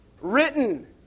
written